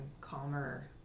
calmer